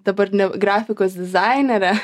dabar grafikos dizainerė